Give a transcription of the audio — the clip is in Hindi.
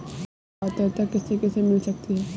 ऋण पात्रता किसे किसे मिल सकती है?